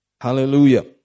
Hallelujah